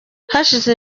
hashize